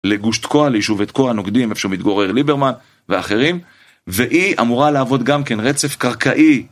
לגוש תקוע, לישובי תקוע, הנוקדים, איפה שמתגורר ליברמן ואחרים והיא אמורה להוות גם כן רצף קרקעי